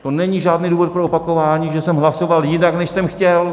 To není žádný důvod pro opakování, že jsem hlasoval jinak, než jsem chtěl.